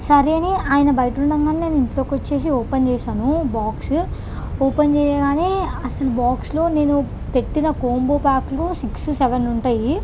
సరే అని ఆయన బయటుండంగానే నేను ఇంట్లోకొచ్చేసి ఓపెన్ చేసాను బాక్స్ ఓపెన్ చేయగానే అస్సలు బాక్స్లో నేను పెట్టిన కాంబో ప్యాక్లో సిక్స్ సెవెన్ ఉంటాయి